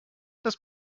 das